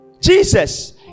Jesus